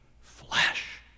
flesh